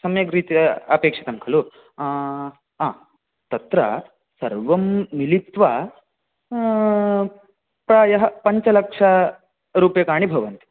सम्यक् रीत्य अपेक्षितं खलु हा तत्र सर्वं मिलित्व प्रायः पञ्चलक्ष रूप्यकाणि भवन्ति